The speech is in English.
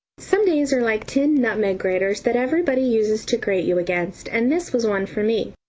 some days are like tin nutmeg-graters that everybody uses to grate you against, and this was one for me.